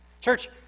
Church